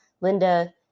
Linda